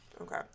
Okay